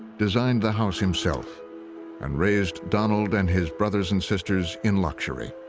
designed the house himself and raised donald and his brothers and sisters in luxury.